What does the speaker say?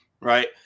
right